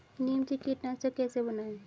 नीम से कीटनाशक कैसे बनाएं?